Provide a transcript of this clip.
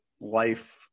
life